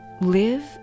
live